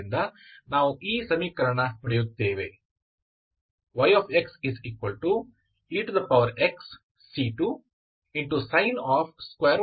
ಆದ್ದರಿಂದ ನಾವು ಈ ಸಮೀಕರಣ ಪಡೆಯುತ್ತೇವೆ